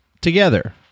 together